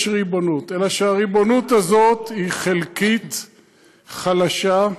יש ריבונות, אלא שהריבונות הזאת היא חלקית, חלשה,